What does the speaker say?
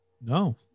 no